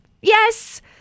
yes